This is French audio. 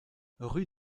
rue